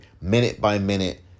minute-by-minute